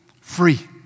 Free